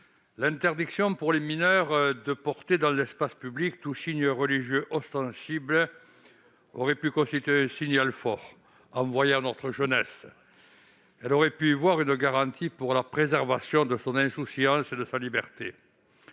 L'interdiction pour les mineurs de porter dans l'espace public tout signe religieux ostensible aurait pu constituer un signal fort envoyé à notre jeunesse. Celle-ci aurait pu y voir une garantie de la préservation de son insouciance et de sa liberté.